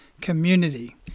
community